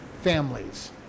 families